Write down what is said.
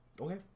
Okay